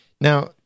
Now